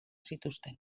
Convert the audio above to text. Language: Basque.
zituzten